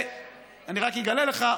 אני רק אגלה לך,